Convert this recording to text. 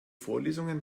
vorlesungen